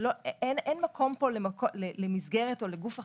אין מקום פה למסגרת או לגוף אחר,